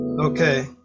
okay